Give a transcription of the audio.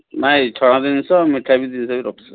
ନାଇଁ ଛଣା ଜିନିଷ ମିଠା ବି ଜିନିଷ ବି ରଖୁଛୁ